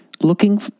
looking